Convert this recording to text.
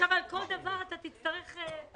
עכשיו , על כל דבר אתה תצטרך הסבר.